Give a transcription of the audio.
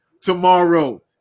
tomorrow